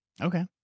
Okay